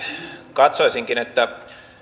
katsoisinkin että